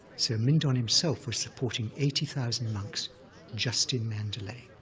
so mindon himself was supporting eighty thousand monks just in mandalay,